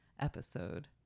episode